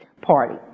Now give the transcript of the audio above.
party